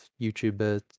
YouTuber